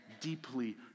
deeply